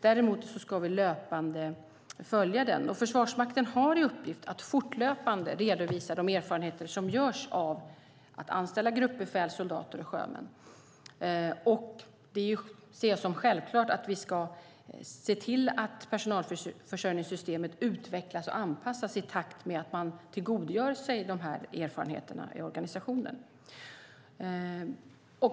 Vi ska däremot löpande följa den. Försvarsmakten har i uppgift att fortlöpande redovisa de erfarenheter som görs av att anställa gruppbefäl, soldater och sjömän. Jag ser det som självklart att vi ska se till att personalförsörjningssystemet utvecklas och anpassas i takt med att man tillgodogör sig erfarenheterna i organisationen.